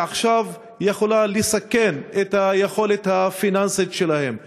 ועכשיו היא יכולה לסכן את היכולת הפיננסית שלהם.